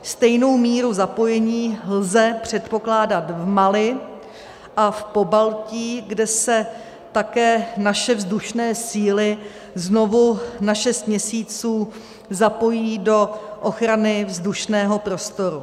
Stejnou míru zapojení lze předpokládat v Mali a v Pobaltí, kde se také naše vzdušné síly znovu na šest měsíců zapojí do ochrany vzdušného prostoru.